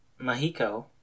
Mahiko